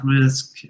risk